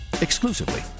exclusively